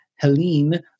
Helene